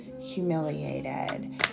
humiliated